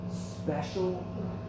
special